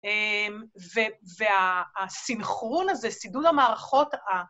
והסנכרון הזה, סידוד המערכות...